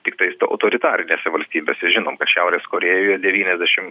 tik tais autoritarinėse valstybėse žinom kad šiaurės korėjoje devyniasdešimt